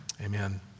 Amen